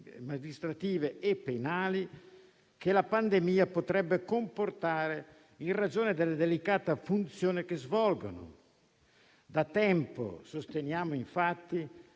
amministrative e penali che la pandemia potrebbe comportare in ragione della delicata funzione che svolgono. Da tempo sosteniamo, infatti,